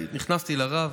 ונכנסתי לרב,